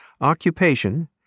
occupation